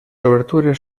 obertures